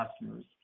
customers